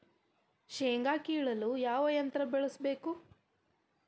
ಶೇಂಗಾ ಕೇಳಲು ಯಾವ ಯಂತ್ರ ಬಳಸಬೇಕು?